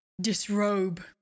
disrobe